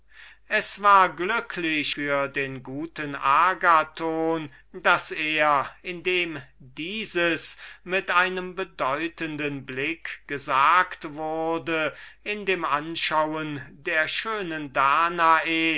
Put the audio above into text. es war glücklich für den guten agathon daß er indem dieses mit einem bedeutenden blick gesagt wurde in dem anschauen der schönen danae